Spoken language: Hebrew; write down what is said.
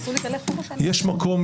יש מקום,